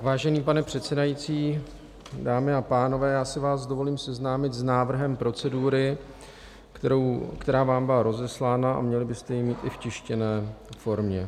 Vážený pane předsedající, dámy a pánové, já si vás dovolím seznámit s návrhem procedury, která vám byla rozeslána a měli byste ji mít i v tištěné formě.